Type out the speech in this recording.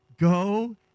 go